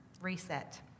reset